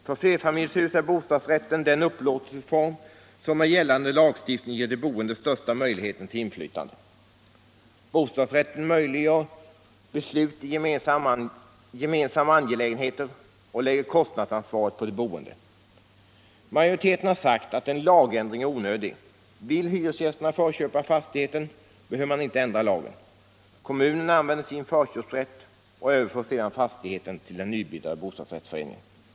För flerfamiljshus är bostadsrätten en upplåtelseform som med gällande lagstiftning ger de boende den största möjligheten till inflytande. Bostadsrätten möjliggör beslut i gemensamma angelägenheter och lägger kostnadsansvaret på de boende. Majoriteten har sagt att en lagändring är onödig. Om hyresgästerna vill förköpa fastigheten, så behöver man inte ändra lagen. Kommunen använder sin förköpsrätt och överför sedan fastigheten till den nybildade bostadsrättsföreningen.